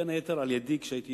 בין היתר על-ידי, כשהייתי